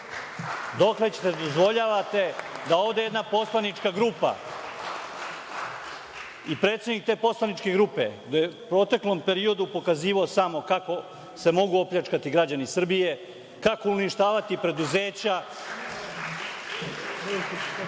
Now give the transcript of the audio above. ćete da dozvoljavate da ovde jedna poslanička grupa i predsednik te poslaničke grupe, gde je u proteklom periodu pokazivao samo kako se mogu opljačkati građani Srbije, kako uništavati preduzeća…